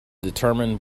determine